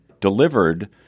delivered